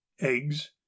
eggs